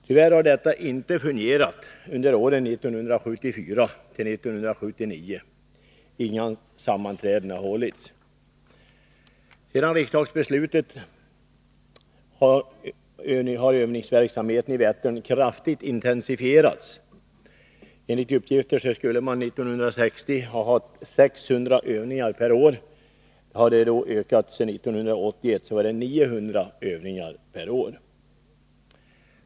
Tyvärr har detta inte fungerat under åren 1974-1979. Inga sammanträden har hållits. Sedan riksdagsbeslutet fattades har övningsverksamheten i Vättern kraftigt intensifierats. Enligt uppgift skulle man 1960 ha haft 600 övningar. Sedan har antalet ökat, och 1981 hade man 900 övningar.